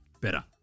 better